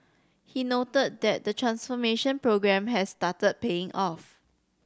he noted that the transformation programme has started paying off